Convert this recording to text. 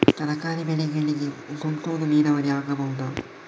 ತರಕಾರಿ ಬೆಳೆಗಳಿಗೆ ತುಂತುರು ನೀರಾವರಿ ಆಗಬಹುದಾ?